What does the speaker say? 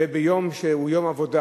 וביום שהוא יום עבודה